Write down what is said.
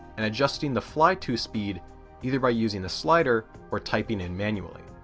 and adjusting the fly-to-speed either by using the slider or typing in manually.